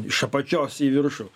iš apačios į viršų